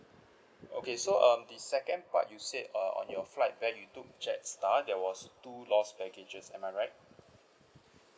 okay so um the second part you said uh on your flight back you took jetstar there was two lost baggages am I right